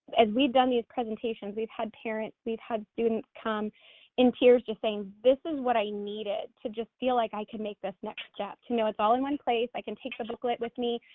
as we've done these presentations, we've had parents, we've had students come in tears, just saying this is what i needed to just feel like i can make this next step, to know it's all in one place, i can take the booklet with me,